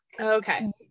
okay